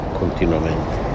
continuamente